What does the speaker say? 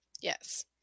Yes